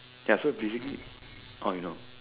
ya so basically oh you know